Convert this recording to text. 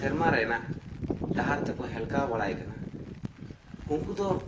ᱥᱮᱨᱢᱟ ᱨᱮᱱᱟᱜ ᱰᱟᱦᱟᱨ ᱛᱮ ᱠᱚ ᱦᱮᱞᱠᱟᱣ ᱵᱟᱲᱟᱭ ᱠᱟᱱᱟ ᱩᱱᱠᱩ ᱫᱚ